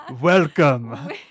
welcome